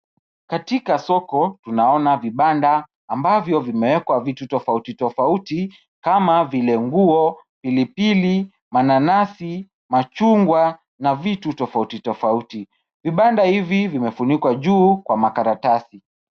Katika soko tunaona vibanda ambavyo vimeekwa vitu tofauti tofauti kama vile nguo, pilipili, mananasi, machungwa na vitu tofauti tofauti. Vibanda hivi vimefunikwa juu kwa makaratasi.